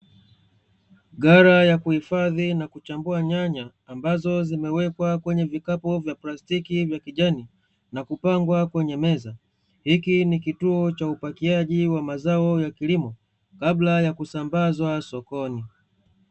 Ghala ya kuhifadhi na kuchambua nyanya, ambazo zimewekwa kwenye vikapu vya plastiki vya kijani na kupangwa kwenye meza. Hiki ni kituo cha upakiaji wa mazao ya kilimo, kabla ya kusambazwa sokoni.